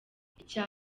icya